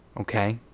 Okay